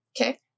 Okay